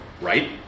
right